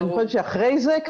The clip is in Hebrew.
אחרי זה,